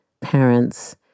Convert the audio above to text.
parents